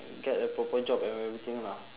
get a proper job and everything lah